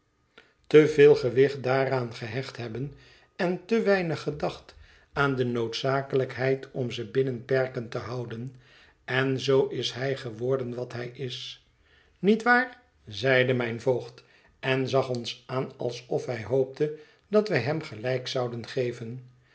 veel gewicht daaraan gehecht hebben en te weinig gedacht aan de noodzakelijkheid om ze binnen perken te houden en zoo is hij geworden wat hij is niet waar zeide mijn voogd en zag ons aan alsof hij hoopte dat wij hem gelijk zouden geven